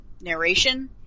narration